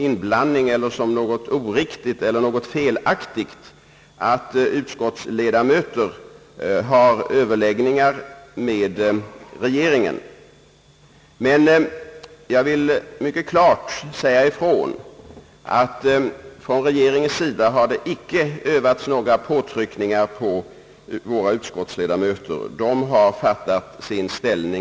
inblandning, eller som något oriktigt eller felaktigt att utskottets ledamöter har överläggningar med regeringen, Jag vill mycket klart säga ifrån att regeringen icke har utövat några påtryckningar på de socialdemokratiska utskottsledamöterna.